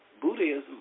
Buddhism